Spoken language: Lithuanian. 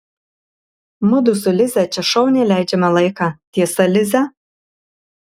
mudu su lize čia šauniai leidžiame laiką tiesa lize